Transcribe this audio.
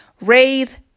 raise